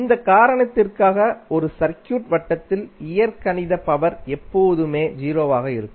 இந்த காரணத்திற்காக ஒரு சர்க்யூட்வட்டத்தில் இயற்கணித பவர் எப்போதுமே 0 ஆக இருக்கும்